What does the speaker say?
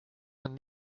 een